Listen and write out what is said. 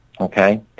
okay